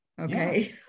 Okay